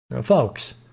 folks